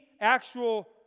actual